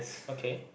okay